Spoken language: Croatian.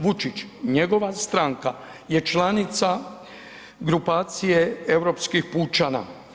Vučić, njegova stranka je članica grupacije europskih pučana.